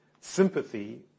sympathy